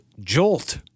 Jolt